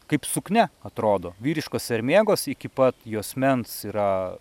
kaip suknia atrodo vyriškos sermėgos iki pat juosmens yra